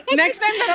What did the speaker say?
and next time